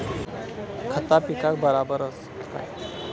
खता पिकाक बराबर आसत काय?